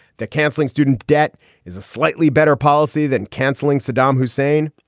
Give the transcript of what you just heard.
that cancelling student debt is a slightly better policy than canceling saddam hussein?